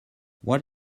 what